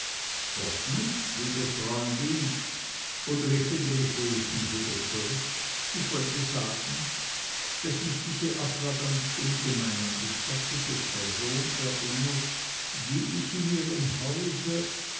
doch nicht liebe freundin oder ich finde mich wenigstens wieder zurück ich wollte sagen daß mich diese afra ganz ungemein an die stattliche person erinnert die ich in ihrem hause